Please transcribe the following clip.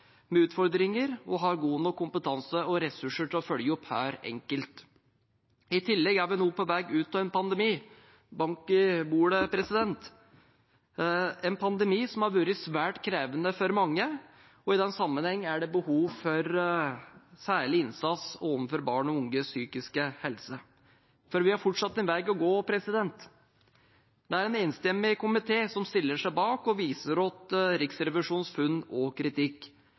med utfordringer og har god nok kompetanse og ressurser til å følge opp hver enkelt. I tillegg er vi nå på veg ut av en pandemi – bank i bordet, president – en pandemi som har vært svært krevende for mange. I den sammenheng er det behov for særlig innsats overfor barn og unges psykiske helse. For vi har fortsatt en veg å gå. Det er en enstemmig komité som stiller seg bak og viser til Riksrevisjonens funn og kritikk.